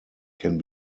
can